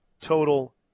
total